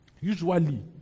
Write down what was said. Usually